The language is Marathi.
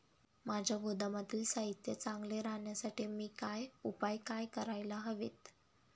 माझ्या गोदामातील साहित्य चांगले राहण्यासाठी मी काय उपाय काय करायला हवेत?